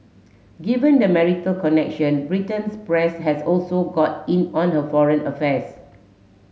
given the marital connection Britain's press has also got in on her foreign affairs